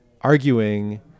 arguing